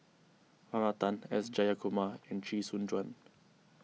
Lorna Tan S Jayakumar and Chee Soon Juan